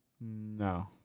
No